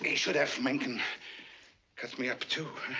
ah should have menken cut me up, too,